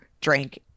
drank